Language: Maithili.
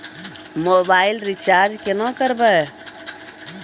मोबाइल रिचार्ज केना करबै?